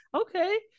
okay